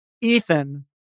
Ethan